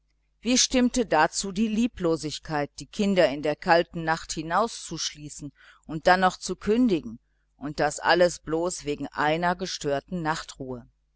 wie stimmte dazu die lieblosigkeit die kinder in die kalte nacht hinauszuschließen und dann noch zu kündigen und das alles bloß wegen einer gestörten nachtruhe